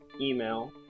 email